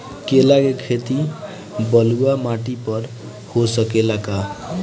केला के खेती बलुआ माटी पर हो सकेला का?